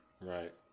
right